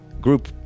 group